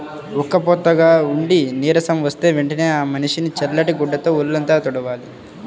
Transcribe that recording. ఉక్కబోతగా ఉండి నీరసం వస్తే వెంటనే ఆ మనిషిని చల్లటి గుడ్డతో వొళ్ళంతా తుడవాలి